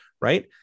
right